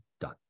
done